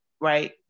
right